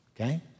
Okay